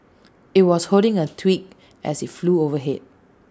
IT was holding A twig as IT flew overhead